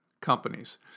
companies